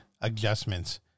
adjustments